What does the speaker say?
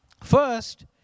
First